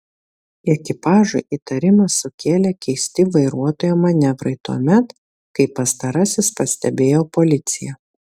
ekipažui įtarimą sukėlė keisti vairuotojo manevrai tuomet kai pastarasis pastebėjo policiją